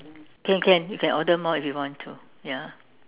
can can you can order more if you want to ya